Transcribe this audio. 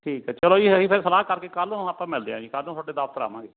ਠੀਕ ਹੈ ਚਲੋ ਜੀ ਅਸੀਂ ਫਿਰ ਸਲਾਹ ਕਰਕੇ ਕੱਲ੍ਹ ਨੂੰ ਆਪਾਂ ਮਿਲਦੇ ਆ ਕੱਲ੍ਹ ਨੂੰ ਤੁਹਾਡੇ ਦਫਤਰ ਆਵਾਂਗੇ